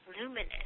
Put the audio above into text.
luminous